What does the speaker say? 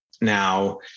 now